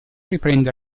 riprende